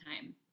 time